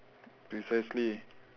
precisely